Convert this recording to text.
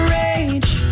rage